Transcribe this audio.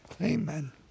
amen